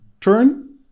turn